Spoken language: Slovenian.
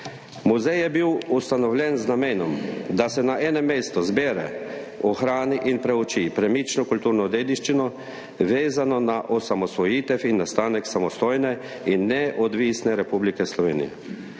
Muzej je bil ustanovljen z namenom, da se na enem mestu zbere, ohrani in preuči premično kulturno dediščino, vezano na osamosvojitev in nastanek samostojne in neodvisne Republike Slovenije.